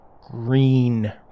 green